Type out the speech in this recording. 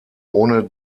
ohne